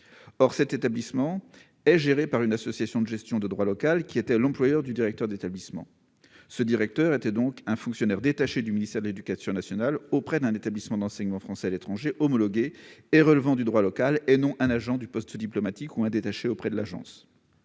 Cet établissement est géré par une association de gestion de droit local, qui était l'employeur du directeur d'établissement ; ce directeur était donc un fonctionnaire détaché du ministère de l'éducation nationale auprès d'un établissement d'enseignement français à l'étranger, homologué et relevant du droit local, et non un agent du poste diplomatique ou un enseignant détaché auprès de l'agence.